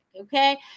okay